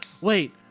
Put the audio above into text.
wait